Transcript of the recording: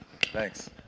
thanks